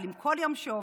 אבל עם כל יום שעובר